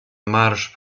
marsz